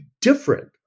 different